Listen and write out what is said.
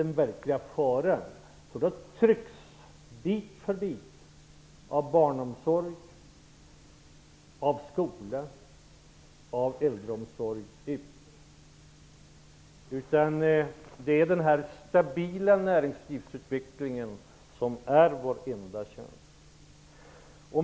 Den verkliga faran ligger i att bit för bit blir förhållandena för barnomsorg, skola och äldreomsorg sämre. Vår enda chans är den stabila näringslivsutvecklingen.